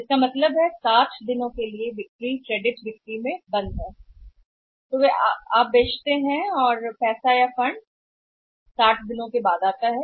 तो इसका मतलब है कि 60 दिनों की बिक्री क्रेडिट बिक्री में अवरुद्ध है इसलिए वे इसे आज ही बेच दें और पैसा 60 दिनों के बाद आता है और 60 दिनों के बाद आता है